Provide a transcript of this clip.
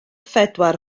phedwar